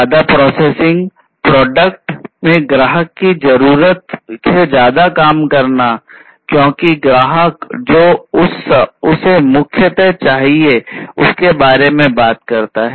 ज्यादा प्रॉसेसिंग में ग्राहक की जरूरत से ज्यादा काम करना क्योंकि ग्राहक जो उसे मुख्यत चाहिए उसके बारे में बात करता है